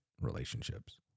relationships